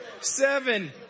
seven